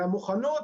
והמוכנות,